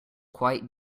quite